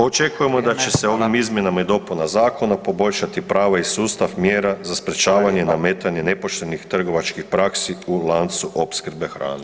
Očekujemo da će se ovim izmjenama i dopunama zakona poboljšati prava i sustav mjera za sprječavanje i nametanje nepoštenih trgovačkih praksi u lancu opskrbe hranom.